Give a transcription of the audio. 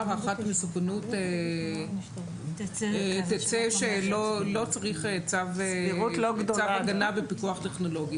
הערכת מסוכנות תצא שלא צריך צו הגנה ופיקוח טכנולוגי?